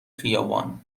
خیابان